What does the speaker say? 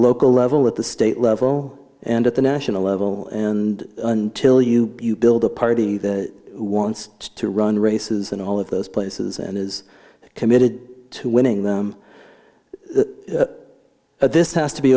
local level at the state level and at the national level and until you you build a party that wants to run races and all of those places and is committed to winning them that this has to be